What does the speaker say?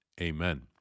amen